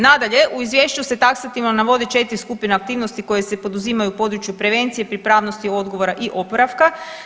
Nadalje, u izvješću se taksativno navode 4 skupine aktivnosti koje se poduzimaju u području prevencije, pripravnosti, odgovora i oporavka.